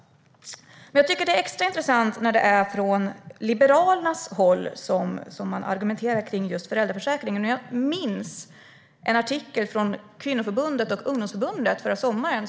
Det är extra intressant när Liberalerna argumenterar i frågor om föräldraförsäkringen. Jag minns en artikel från kvinnoförbundet och ungdomsförbundet förra sommaren.